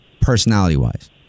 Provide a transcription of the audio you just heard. personality-wise